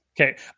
Okay